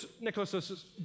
Nicholas